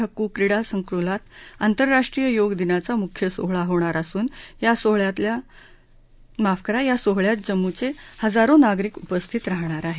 हक्कू क्रिडा संकुलात आंतरराष्ट्रीय योग दिनाचा मुख्य सोहळा होणार असून या सोहळ्याला जम्मूचे हजारो नागरिक उपस्थित राहणार आहेत